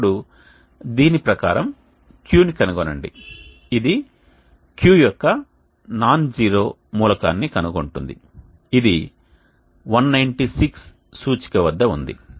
అప్పుడు దీని ప్రకారం Qని కనుగొనండి ఇది Q యొక్క నాన్జీరో మూలకాన్ని కనుగొంటుంది ఇది 196 సూచిక వద్ద ఉంది